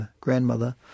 grandmother